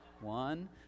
One